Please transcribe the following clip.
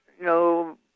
no